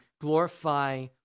glorify